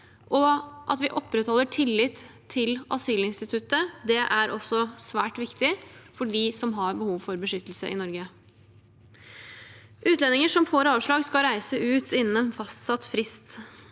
At vi opprettholder tillit til asylinstituttet er også svært viktig for dem som har behov for beskyttelse i Norge. Utlendinger som får avslag, skal reise ut innen en fastsatt frist.